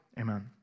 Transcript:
Amen